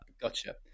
Gotcha